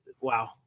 wow